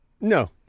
no